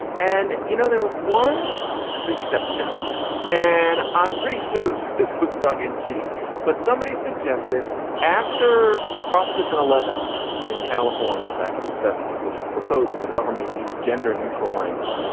and you know there was one suggestion and i'm pretty sure that this was dug in gk but somebody suggested after proposition eleven in california back in the seventy s which proposed that the government use gender neutral language.